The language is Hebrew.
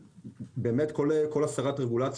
כשנתגלגל עם החוק נגיע לכל הסוגיות